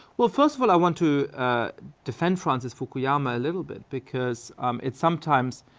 well first of all i want to defend francis fukuyama a little bit because it sometimes,